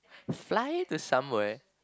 fly to somewhere